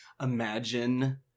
Imagine